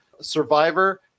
Survivor